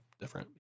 different